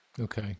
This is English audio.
Okay